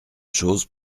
chose